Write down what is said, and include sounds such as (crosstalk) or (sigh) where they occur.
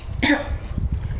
(coughs)